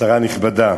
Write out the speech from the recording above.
שרה נכבדה,